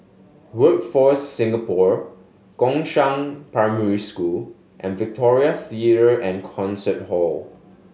Workforce Singapore Gongshang Primary School and Victoria Theatre and Concert Hall